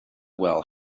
well